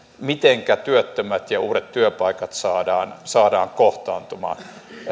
mitenkä työttömät ja uudet työpaikat saadaan saadaan kohtaamaan